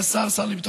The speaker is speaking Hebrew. במסגרת